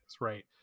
right